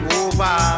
over